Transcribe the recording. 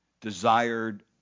desired